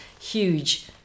huge